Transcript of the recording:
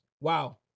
Wow